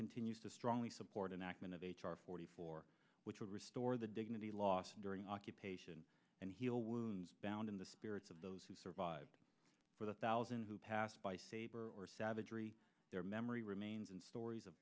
continues to strongly support an act in of h r forty four which will restore the dignity loss during occupation and heal wounds bound in the spirits of those who survived for the thousands who pass by sabir or savagery their memory remains in stories of